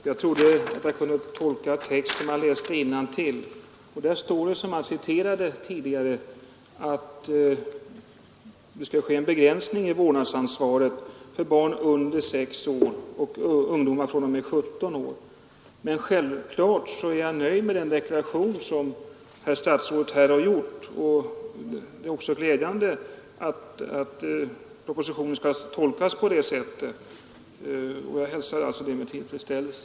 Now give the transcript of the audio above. Herr talman! Jag trodde att jag kunde tolka en text som jag läste innantill. I propositionen talas det, som jag tidigare citerade, om en begränsning i vårdnadsansvaret för barn under 6 år och ungdomar fr.o.m. 17 år. Men självfallet är jag nöjd med den deklaration som statsrådet nu har gjort. Det är glädjande att propositionen skall tolkas på det sättet; det hälsar jag alltså med tillfredsställelse.